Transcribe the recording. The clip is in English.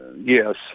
yes